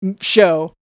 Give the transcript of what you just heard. show